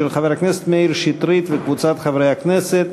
של חבר הכנסת מאיר שטרית וקבוצת חברי הכנסת.